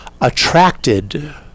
attracted